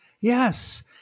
Yes